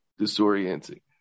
disorienting